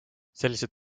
sellised